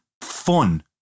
fun